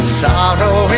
sorrow